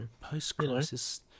post-crisis